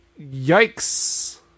yikes